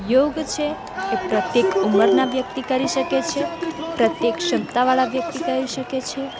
યોગ છે એ પ્રત્યેક ઉંમરનાં વ્યક્તિ કરી શકે છે પ્રત્યેક ક્ષમતાવાળાં વ્યક્તિ કરી શકે છે